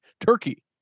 turkey